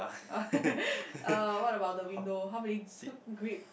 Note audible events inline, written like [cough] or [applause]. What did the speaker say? [laughs] uh what about the window how many g~ grid